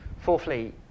Fourthly